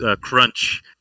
Crunch